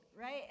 right